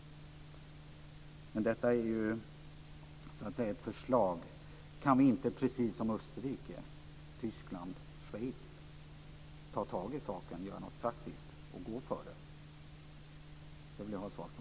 Men detta är ju ett förslag. Kan vi inte, precis som Österrike, Tyskland och Schweiz, ta tag i saken, göra någonting praktiskt och gå före? Det vill jag ha svar på.